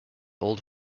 old